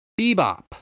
Bebop